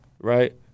Right